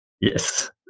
Yes